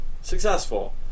successful